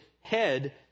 head